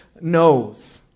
knows